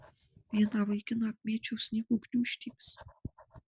vieną vaikiną apmėčiau sniego gniūžtėmis